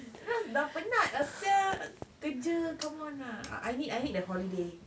terus dah penat lah sia kerja come on ah I need I need the holiday